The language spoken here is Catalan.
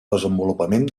desenvolupament